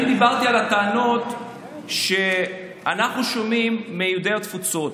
אני דיברתי על הטענות שאנחנו שומעים מיהודי התפוצות.